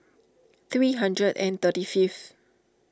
three hundred and thirty fifth